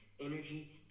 Energy